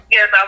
Yes